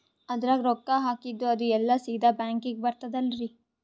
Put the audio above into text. ಅದ್ರಗ ರೊಕ್ಕ ಹಾಕಿದ್ದು ಅದು ಎಲ್ಲಾ ಸೀದಾ ಬ್ಯಾಂಕಿಗಿ ಬರ್ತದಲ್ರಿ?